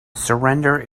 surrender